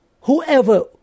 whoever